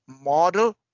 model